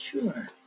Sure